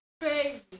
crazy